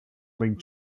league